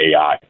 AI